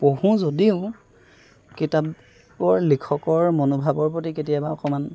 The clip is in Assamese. পঢ়োঁ যদিও কিতাপৰ লিখকৰ মনোভাৱৰ প্ৰতি কেতিয়াবা অকণমান